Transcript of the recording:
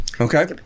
okay